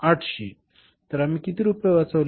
800 तर आम्ही किती रुपये वाचवले